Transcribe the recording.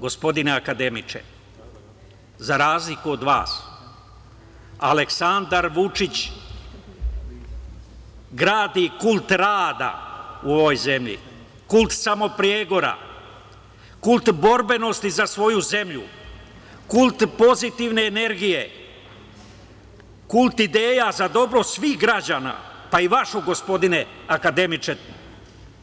Gospodine akademiče, za razliku od vas Aleksandar Vučić gradi kult rada u ovoj zemlji, kult samopregora, kult borbenosti za svoju zemlju, kult pozitivne energije, kult ideja za dobro svih građana, pa i vašu gospodine akademiče,